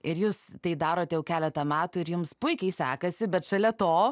ir jūs tai darot jau keletą metų ir jums puikiai sekasi bet šalia to